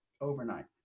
overnight